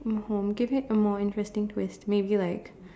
home give it a more interesting twist maybe like